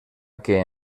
que